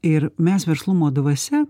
ir mes verslumo dvasia